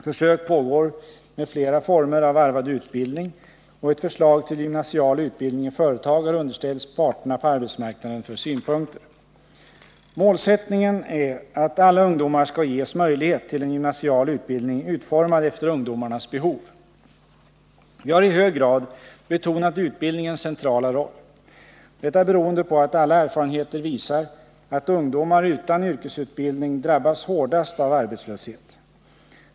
Försök pågår med flera former av varvad utbildning, och ett förslag till gymnasial utbildning i företag har underställts parterna på arbetsmarknaden för synpunkter. Målsättningen är att alla ungdomar skall ges möjlighet till en gymnasial utbildning utformad efter ungdomarnas behov. Vi har i hög grad betonat utbildningens centrala roll. Detta beroende på att alla erfarenheter visar att ungdomar utan yrkesutbildning drabbas hårdast av arbetslöshet.